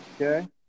Okay